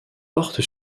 porte